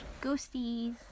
Ghosties